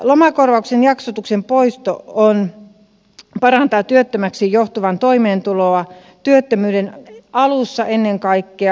lomakorvauksen jaksotuksen poisto parantaa työttömäksi joutuvan toimeentuloa työttömyyden alussa ennen kaikkea